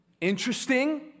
interesting